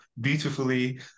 beautifully